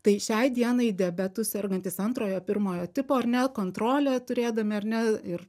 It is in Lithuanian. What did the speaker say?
tai šiai dienai diabetu sergantys antrojo pirmojo tipo ar ne kontrolė turėdami ar ne ir